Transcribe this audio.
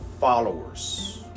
followers